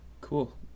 Cool